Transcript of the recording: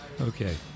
Okay